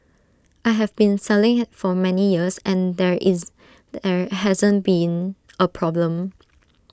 I have been selling IT for many years and there is there hasn't been A problem